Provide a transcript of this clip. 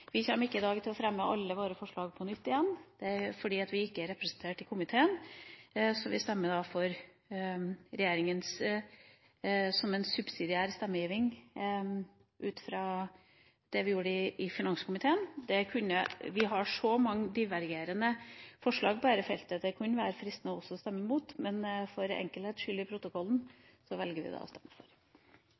Vi kommer ikke i dag til å fremme alle våre forslag på nytt, siden vi ikke er representert i komiteen, så vi stemmer da for regjeringspartienes innstilling, som en subsidiær stemmegivning ut fra det vi gjorde i finanskomiteen. Vi har så mange divergerende forslag på dette feltet at det også kunne vært fristende å stemme mot, men for enkelhets skyld i protokollen velger vi å stemme for.